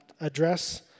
address